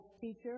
teacher